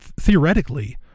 theoretically